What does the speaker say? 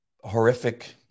horrific